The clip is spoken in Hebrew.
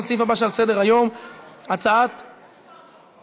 לסעיף הבא שעל סדר-היום אני מבקשת